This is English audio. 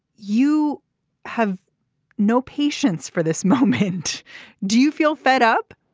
you have no patience for this moment do you feel fed up